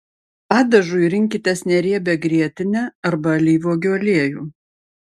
padažui rinkitės neriebią grietinę arba alyvuogių aliejų